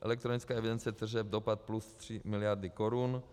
Elektronická evidence tržeb, dopad plus 3 mld. korun.